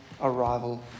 arrival